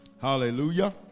Hallelujah